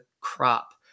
crop